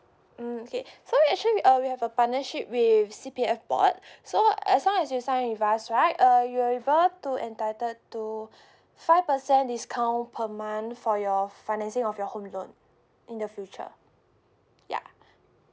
mm okay so actually uh we have a partnership with C_P_F board so as long as you sign with us right uh you'll be able to entitled to five percent discount per month for your financing of your home loan in the future ya